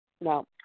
No